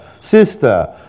sister